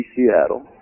Seattle